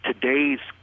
today's